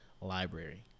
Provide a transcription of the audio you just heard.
library